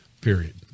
period